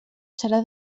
serà